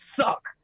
suck